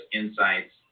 insights